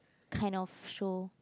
kind of show